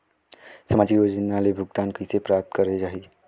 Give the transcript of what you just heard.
समाजिक योजना ले भुगतान कइसे प्राप्त करे जाहि?